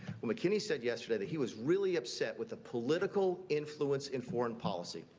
mckinney said yesterday he was really upset with the political influence and foreign policy.